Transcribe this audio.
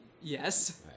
Yes